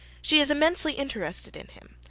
she is immensely interested in him.